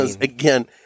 again